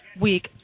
week